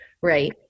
right